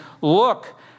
look